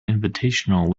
invitational